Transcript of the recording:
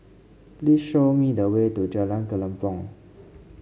please show me the way to Jalan Kelempong